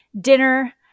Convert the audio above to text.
dinner